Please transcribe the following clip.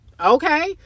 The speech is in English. Okay